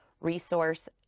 Resource